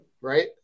Right